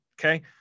Okay